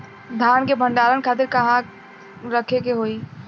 धान के भंडारन खातिर कहाँरखे के होई?